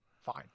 fine